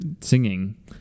singing